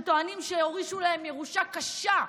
שטוענים שהורישו להם ירושה קשה.